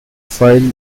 file